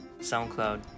SoundCloud